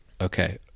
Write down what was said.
okay